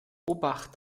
obacht